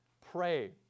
pray